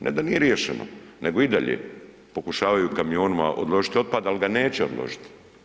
Ne da nije riješeno nego i dalje pokušavaju kamionima odložiti otpad ali ga neće odložiti.